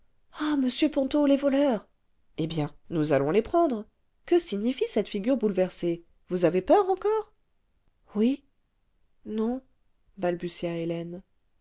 ah monsieur ponto les voleurs eh bien nous allons les prendre que signifie cette figure bouleversée vous avez peur encore oui non balbutia hélène